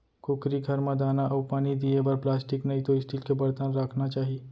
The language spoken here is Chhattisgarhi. कुकरी घर म दाना अउ पानी दिये बर प्लास्टिक नइतो स्टील के बरतन राखना चाही